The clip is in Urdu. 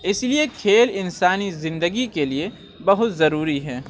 اِسی لیے کھیل انسانی زندگی کے لیے بہت ضروری ہیں